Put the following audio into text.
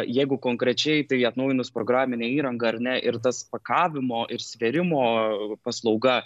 jeigu konkrečiai tai atnaujinus programinę įrangą ar ne ir tas pakavimo ir svėrimo paslauga